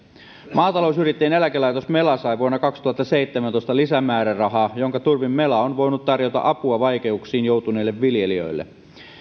maatalousyrittäjien eläkelaitos mela sai vuonna kaksituhattaseitsemäntoista lisämäärärahaa jonka turvin mela on voinut tarjota apua vaikeuksiin joutuneille viljelijöille